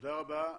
תודה רבה.